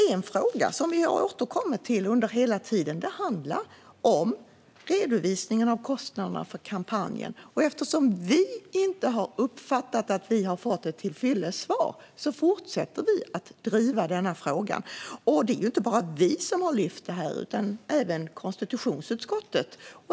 En fråga som vi återkommer till hela tiden handlar om redovisningarna av kostnaderna för kampanjen. Eftersom vi inte har uppfattat att vi har fått ett svar som är till fyllest fortsätter vi att driva denna fråga. Det är inte bara vi som har lyft upp detta, utan även konstitutionsutskottet.